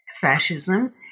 fascism